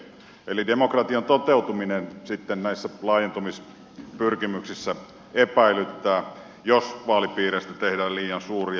eli demokratian toteutuminen sitten näissä laajentumispyrkimyksissä epäilyttää jos vaalipiireistä tehdään liian suuria